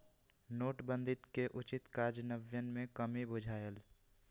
नोटबन्दि के उचित काजन्वयन में कम्मि बुझायल